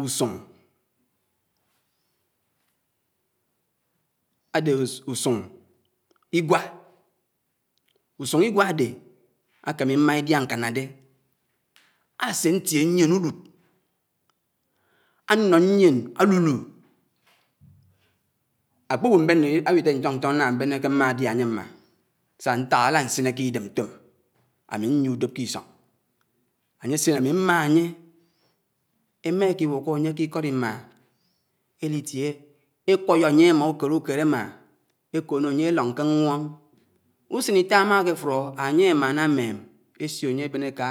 . Úsùñ ádé ùsùñ ígwá, ùsùñ ígwá ádé ákemimá ñdiá ñkáná dé ásé ñtié ñyíen ùrùd, ánnó ñyíen álùlù, ákpùwù ùbéné áwídé ñchóñ-ñchóñ náñá ábéné ké mmádiá ányé mmá, sá ñtáhá álá ñsinné k’ídém ñtòm ámì ñyié ùdob k’isòñ, ányésín ámì mmá ányé. Émáíkí wùkó ányé k’ikós ìmmá, étítié ékwói ányé émmá ùkédùkéd émmá, ékònò ányé élóñ ké ñwùóñ. Úsén ítá ámá kéfùró, ányé ámáná ámém ésiò ányé ébén. Éká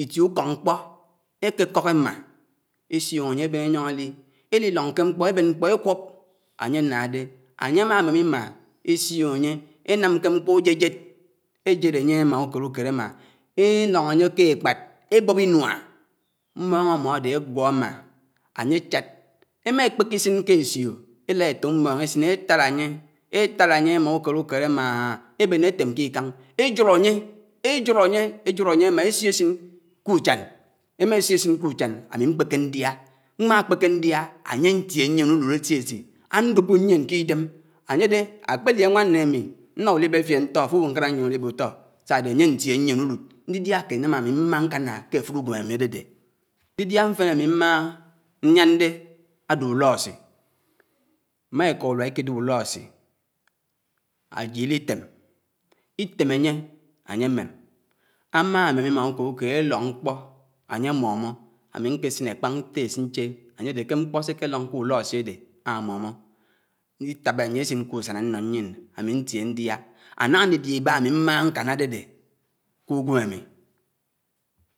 ítíe ùkók mkpó éké kók émá. ésiòñò ányé ébén éyóñ élí, élílóñ ké mkpó ébén mkpó ékwób, ányé ánádé, ányé ámá ámém ímá, ésiò ányé énám ké mkpó ùjejed, éjéd ányé émá ùkédùkéd émá, elóñ ányé k’ékpád ébób ínuá, mmoñ ámódé ágwó ámá ányé áchád. Émá ékpéké ísí ké ésiò élád étòk mmóñ ésún étád ányé, étád ányé émá ùkedùkéd, émmááá, ébéné étém kíkán, éjùd ányé, éjùd ányé émá, ésiò ésìn k’ùchán, émá ésiò ísín k’ùchán ámí mkpéké ñdiá, mmà kpéké ñdiá, ányé ántié ñyién ùlùd éti-éti, ándòbò ñyién k’ídém, ányédé ákpédi áñwán nné ámì nná ùlibé fíen ñtó áfùwù ñkárá ñyien ùlibé ùtó sádé ányé ántíé ñyién ùlùd, ñdídíá ámì mmá ñkànà ké áfùrú ùgwém ámì ádédé. Ñdídíá mfén ámí mmáhá ñnían dé ád’ùlósí. Émá éká ùlùá íkídéb ùlósí ájìs ítém, ítém ányé, ányémém. Ámá ámém ímá ùkédùkéd élóñ mkpó anyé mómó, ámì ñkésín ékpàñ ñtés ñché, ányé dé ké mkpó sé ekélóñ k’ùlósí ádé ámómó. Étábá ányé ésín k’ùsán ánnó ñyién, ámì ntié ñdiá. Ánámá ñdídíá íbá ámì mmáhá ñkán ádédé k’ùgwém ámì.